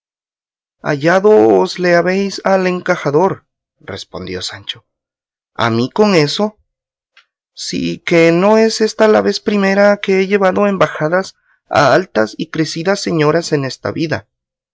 hallado os le habéis el encajador respondió sancho a mí con eso sí que no es ésta la vez primera que he llevado embajadas a altas y crecidas señoras en esta vida